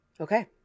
Okay